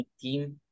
team